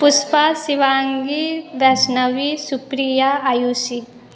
Pushpa Shivangi Vaishnavi Supriya Ayushi